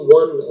one